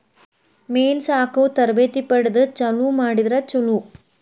ಮೇನಾ ಸಾಕು ತರಬೇತಿ ಪಡದ ಚಲುವ ಮಾಡಿದ್ರ ಚುಲೊ